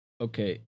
Okay